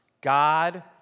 God